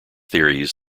theories